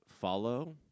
follow